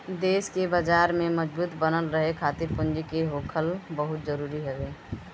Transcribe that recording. देस के बाजार में मजबूत बनल रहे खातिर पूंजी के होखल बहुते जरुरी हवे